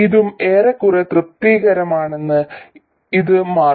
ഇതും ഏറെക്കുറെ തൃപ്തികരമാണെന്ന് ഇത് മാറുന്നു